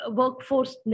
workforce